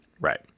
Right